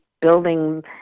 building